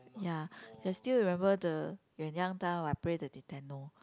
ya I still remember the when young time I play the Nintendo